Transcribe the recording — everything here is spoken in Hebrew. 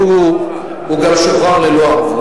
הוא גם שוחרר ללא ערבות.